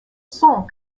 sent